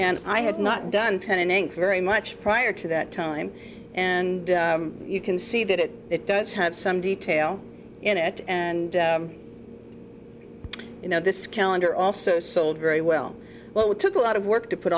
and i have not done pen and ink very much prior to that time and you can see that it does have some detail in it and you know this calendar also sold very well well we took a lot of work to put